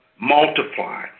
multiply